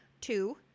two